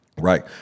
Right